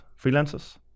freelancers